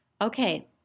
Okay